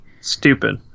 Stupid